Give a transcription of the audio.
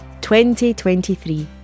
2023